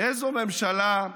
איזו ממשלה,